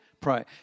pray